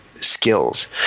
skills